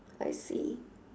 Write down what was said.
I see